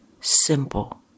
simple